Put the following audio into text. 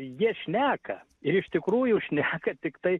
jie šneka ir iš tikrųjų šneka tiktai